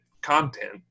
content